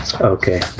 Okay